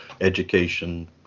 education